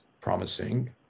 promising